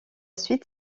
suite